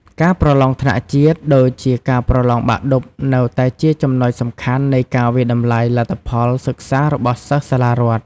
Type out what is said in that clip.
ការប្រឡងថ្នាក់ជាតិ ដូចជាការប្រឡងបាក់ឌុបនៅតែជាចំណុចសំខាន់នៃការវាយតម្លៃលទ្ធផលសិក្សារបស់សិស្សសាលារដ្ឋ។